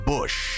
Bush